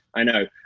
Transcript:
i know.